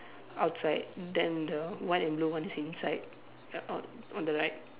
outside then the white and blue one is inside uh on on the right